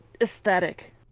aesthetic